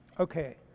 Okay